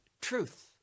truth